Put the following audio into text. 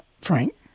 Frank